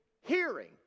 hearing